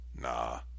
nah